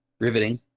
riveting